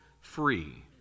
free